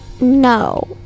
No